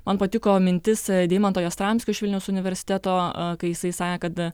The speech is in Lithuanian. man patiko mintis deimanto jastramskio iš vilniaus universiteto kai jisai sakė kad